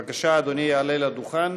בבקשה, אדוני יעלה לדוכן